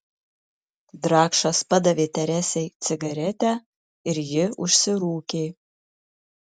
drakšas padavė teresei cigaretę ir ji užsirūkė